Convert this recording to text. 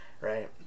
right